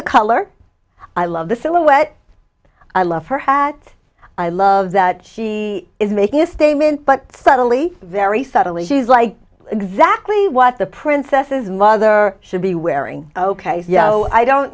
the color i love the silhouette i love her hat i love that she is making a statement but subtly very subtly she's like exactly what the princesses mother should be wearing ok so i don't